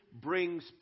brings